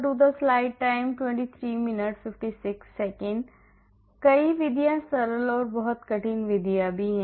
तो कई विधियां सरल और बहुत कठिन विधियां हैं